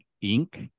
ink